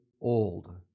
old